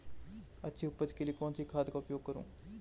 अच्छी उपज के लिए कौनसी खाद का उपयोग करूं?